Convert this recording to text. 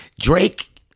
Drake